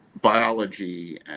biology